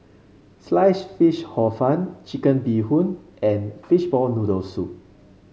Sliced Fish Hor Fun Chicken Bee Hoon and Fishball Noodle Soup